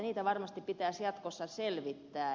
niitä varmasti pitäisi jatkossa selvittää